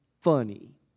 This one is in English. funny